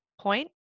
point